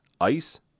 ice